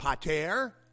pater